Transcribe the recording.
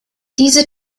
diese